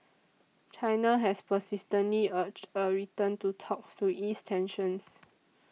China has persistently urged a return to talks to ease tensions